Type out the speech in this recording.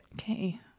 Okay